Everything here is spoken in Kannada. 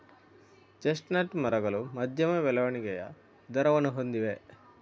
ಚೆಸ್ಟ್ನಟ್ ಮರಗಳು ಮಧ್ಯಮ ಬೆಳವಣಿಗೆಯ ದರವನ್ನು ಹೊಂದಿವೆ